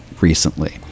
recently